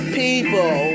people